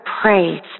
praise